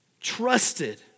trusted